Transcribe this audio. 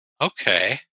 Okay